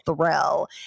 thrill